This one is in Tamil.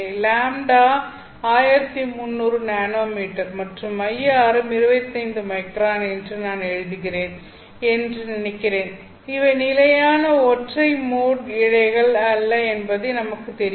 λ 1300 என்எம் மற்றும் மைய ஆரம் 25 மைக்ரான் என்று நான் கருதுகிறேன் என்று நினைக்கிறேன் இவை நிலையான ஒற்றை மோட் இழைகள் அல்ல என்பது நமக்கு தெரியும்